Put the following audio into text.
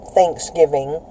Thanksgiving